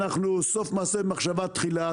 סוף מעשה במחשבה תחילה,